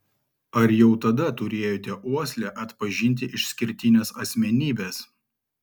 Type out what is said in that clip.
ar jau tada turėjote uoslę atpažinti išskirtines asmenybes